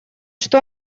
что